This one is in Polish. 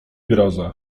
groza